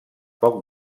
poc